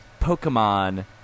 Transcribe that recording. Pokemon